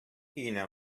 өенә